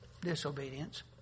disobedience